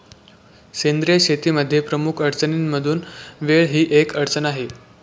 सेंद्रिय शेतीमध्ये प्रमुख अडचणींमधून वेळ ही एक अडचण आहे